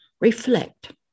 reflect